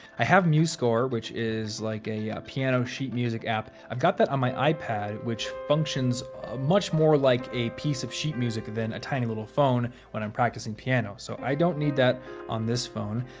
i have musescore, which is like a yeah piano sheet music app. i've got that on my ipad, which functions much more like a piece of sheet music than a tiny little phone when i'm practicing piano, so i don't need that on this phone.